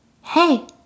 hey